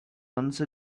once